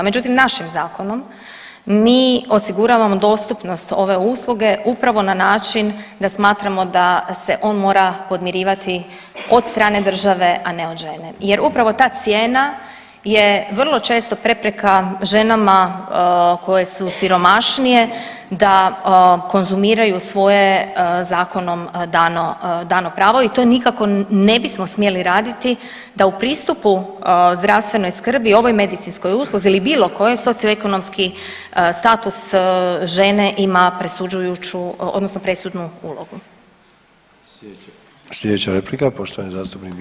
Međutim, našim zakonom mi osiguravamo dostupnost ove usluge upravo na način da smatramo da se on mora podmirivati od strane države, a ne od žene jer upravo ta cijena je vrlo često prepreka ženama koje su siromašnije da konzumiraju svoje zakonom dano pravo i to nikako ne bismo smjeli raditi da u pristupi zdravstvenoj skrbi ovoj medicinskoj usluzi ili bilo kojoj socioekonomski status žene ima presuđujuću odnosno presudnu ulogu.